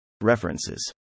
References